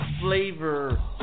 flavor